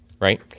Right